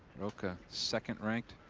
rocca second-ranked